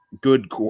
good